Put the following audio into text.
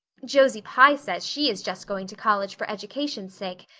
josie pye says she is just going to college for education's sake,